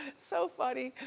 so funny.